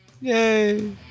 yay